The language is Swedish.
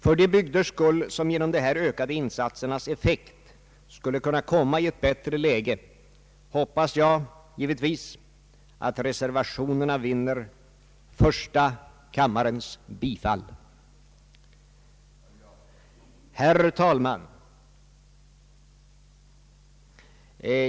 För de bygders skull som genom de här ökade insatsernas effekt skulle kunna komma i ett bättre läge hoppas jag givetvis att reservationerna vinner kammarens bifall. Herr talman!